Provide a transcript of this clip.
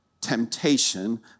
temptation